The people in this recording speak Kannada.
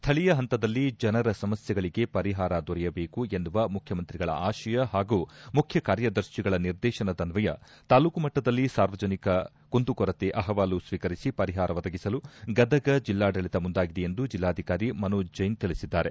ಸ್ಟಳೀಯ ಪಂತದಲ್ಲಿ ಜನರ ಸಮಸ್ಟೆಗಳಿಗೆ ಪರಿಹಾರ ದೊರೆಯಬೇಕು ಎನ್ನುವ ಮುಖ್ಣಮಂತ್ರಿಗಳ ಆಶಯ ಪಾಗೂ ಮುಖ್ಯಕಾರ್ಯದರ್ತಿಗಳ ನಿರ್ದೇಶನದನ್ವಯ ತಾಲೂಕು ಮಟ್ಟದಲ್ಲಿ ಸಾರ್ವಜನಿಕ ಕುಂದುಕೊರತೆ ಅಹವಾಲು ಸ್ವೀಕರಿಸಿ ಪರಿಹಾರ ಒದಗಿಸಲು ಗದಗ ಜಿಲ್ಲಾಡಳಿತ ಮುಂದಾಗಿದೆ ಎಂದು ಜಿಲ್ಲಾಧಿಕಾರಿ ಮನೋಜ್ ಜೈನ್ ತಿಳಿಸಿದ್ದಾರೆ